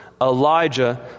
Elijah